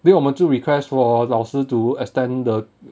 then 我们就 request for 老师 to extend the